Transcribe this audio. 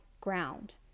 ground